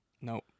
Nope